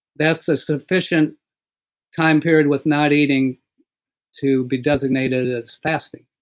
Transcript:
that's a sufficient time period with not eating to be designated as fasting